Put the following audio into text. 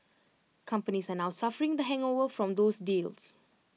companies are now suffering the hangover from those deals